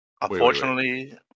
Unfortunately